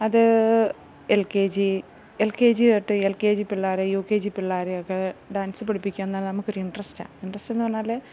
അത് L K G L K G തൊട്ട് L K G പിള്ളേരെ യു കെ ജി പിള്ളേരെയൊക്കെ ഡാൻസ് പഠിപ്പിക്കുക എന്നുപറഞ്ഞാൽ നമുക്കൊരു ഇൻട്രസ്റ്റാ ഇന്ട്രെസ്റ്റ് എന്ന് പറഞ്ഞാൽ